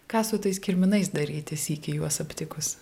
ką su tais kirminais daryti sykį juos aptikus